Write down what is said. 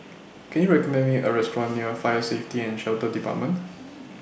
Can YOU recommend Me A Restaurant near Fire Safety and Shelter department